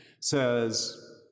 says